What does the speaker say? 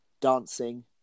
dancing